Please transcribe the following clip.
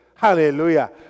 Hallelujah